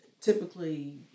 typically